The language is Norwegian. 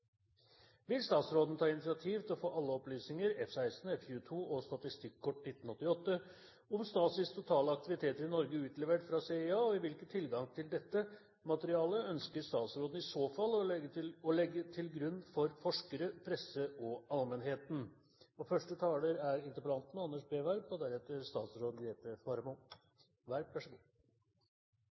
Vil statsråden ta initiativ til å få alle opplysninger, inkludert F-16, F-22 og statistikkortene, om Stasis totale aktiviteter i Norge utlevert fra CIA, og hvilken tilgang til dette materialet ønsker statsråden i så fall å legge til grunn for forskere, presse og allmennhet? Rosenholz-filene inneholder kopi av kartotekkort fra Stasis utenlandstjeneste og består av arkivreferanser, kodenavn og virkelige navn på utenlandske Stasi-agenter. Her må jeg si at jeg er